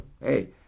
hey